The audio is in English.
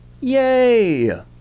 Yay